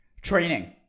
Training